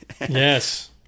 Yes